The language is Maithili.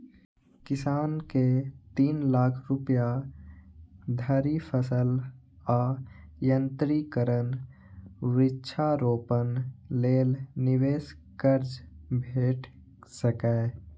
किसान कें तीन लाख रुपया धरि फसल आ यंत्रीकरण, वृक्षारोपण लेल निवेश कर्ज भेट सकैए